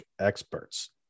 experts